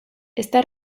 está